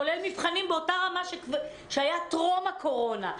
כולל מבחנים באותה רמה שהייתה טרום הקורונה.